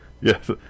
Yes